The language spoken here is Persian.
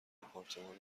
آپارتمانمون